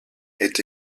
est